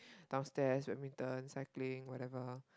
downstairs badminton cycling whatever